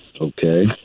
Okay